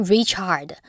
Richard